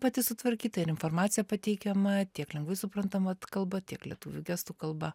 pati sutvarkyta ir informacija pateikiama tiek lengvai suprantama kalba tiek lietuvių gestų kalba